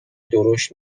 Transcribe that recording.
درشت